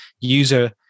user